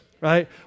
right